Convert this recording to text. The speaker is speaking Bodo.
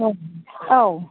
औ